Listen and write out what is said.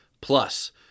plus